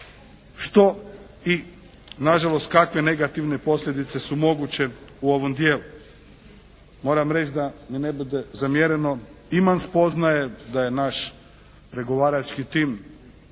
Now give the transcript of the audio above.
što i nažalost kakve negativne posljedice su moguće u ovom dijelu. Moram reći da mi ne bude zamjereno. Imam spoznaje da je naš pregovarački tim